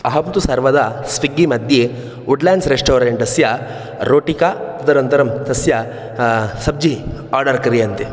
अहं तु सर्वदा स्विग्गि मध्ये वुड्ल्याण्ड्स् रेस्टोरेण्टस्य रोटिका तदनन्तरं तस्य सब्जि आर्डर् क्रियन्ते